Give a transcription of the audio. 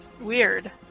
Weird